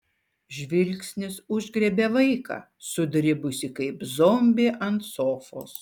žvilgsnis užgriebė vaiką sudribusį kaip zombį ant sofos